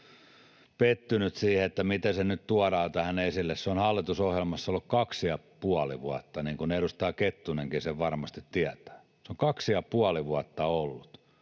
pettynyt siihen, miten se nyt tuodaan tähän esille. Se on hallitusohjelmassa ollut kaksi ja puoli vuotta, niin kuin edustaja Kettunenkin varmasti tietää. Se on kaksi ja puoli vuotta ollut.